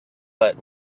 but